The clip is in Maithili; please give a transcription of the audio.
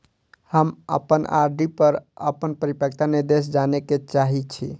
हम अपन आर.डी पर अपन परिपक्वता निर्देश जाने के चाहि छी